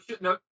No